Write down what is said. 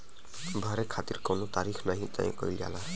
भरे खातिर कउनो तारीख नाही तय कईल जाला